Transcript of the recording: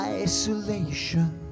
isolation